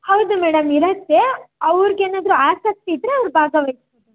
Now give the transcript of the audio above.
ಹೌದು ಮೇಡಮ್ ಇರತ್ತೆ ಅವರಿಗೇನಾದರೂ ಆಸಕ್ತಿ ಇದ್ದರೆ ಅವರು ಭಾಗವಹಿಸ